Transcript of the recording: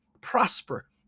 prosper